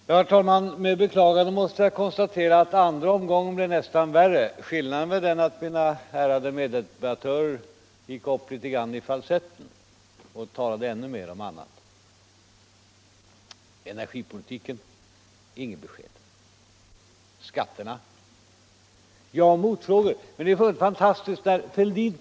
Herr talman! Med beklagande måste jag konstatera att den andra debattomgången bley nästan värre än den första. Skillnaden är den att mina ärade meddebattörer gick upp litet grand i falsetten och talade ännu mera om annat. Energipolitiken — inget besked. Skatterna - motfrågor. Det är fullkomligt fantastiskt att höra herr Fälldin.